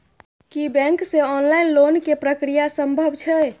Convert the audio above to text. की bank से online loan के प्रक्रिया संभव छै?